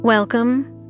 Welcome